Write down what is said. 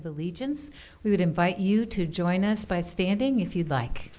of allegiance we would invite you to join us by standing if you'd like